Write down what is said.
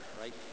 right